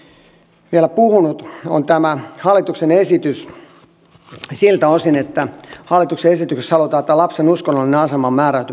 se on tämä hallituksen esitys siltä osin että hallituksen esityksessä sanotaan että lapsen uskonnollisen aseman määräytyminen muutetaan